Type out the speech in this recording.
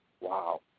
Wow